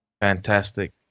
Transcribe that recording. Fantastic